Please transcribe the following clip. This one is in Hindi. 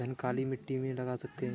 धान काली मिट्टी में लगा सकते हैं?